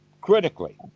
critically